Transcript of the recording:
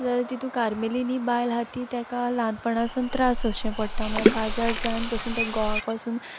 जाल्यार तितूं कार्मेलीन ही बायल आहा ती तेका ल्हानपोणांसोन त्रास सोंसचे पोडटा म्हुळ्यार काजार जायन पासून तें घोवा कोसून